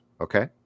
Okay